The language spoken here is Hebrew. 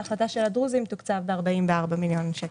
בהחלטה של הדרוזים תוקצב ב-44 מיליון שקלים.